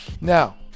now